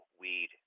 weed